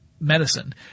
medicine